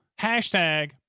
hashtag